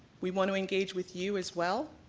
we want to engage with you as well,